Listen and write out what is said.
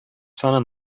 саны